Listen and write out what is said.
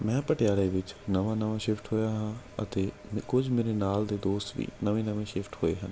ਮੈਂ ਪਟਿਆਲੇ ਵਿੱਚ ਨਵਾਂ ਨਵਾਂ ਸ਼ਿਫਟ ਹੋਇਆ ਹਾਂ ਅਤੇ ਕੁਝ ਮੇਰੇ ਨਾਲ ਦੇ ਦੋਸਤ ਵੀ ਨਵੇਂ ਨਵੇਂ ਸ਼ਿਫਟ ਹੋਏ ਹਨ